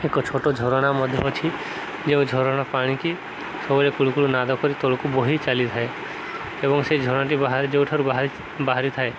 ଏକ ଛୋଟ ଝରଣା ମଧ୍ୟ ଅଛି ଯେଉଁ ଝରଣା ପାଣିକି ସବୁ କୁଳକୁଳ ନାଦ କରି ତଳକୁ ବହି ଚାଲିଥାଏ ଏବଂ ସେଇ ଝରଣାଟି ବାହାରେ ଯେଉଁଠାରୁ ବାହାରିଥାଏ